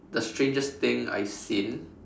the strangest thing I've seen